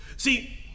See